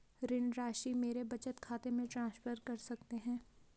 ऋण राशि मेरे बचत खाते में ट्रांसफर कर सकते हैं?